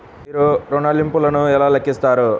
మీరు ఋణ ల్లింపులను ఎలా లెక్కిస్తారు?